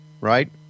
right